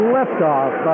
Liftoff